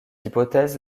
hypothèse